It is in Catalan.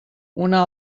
una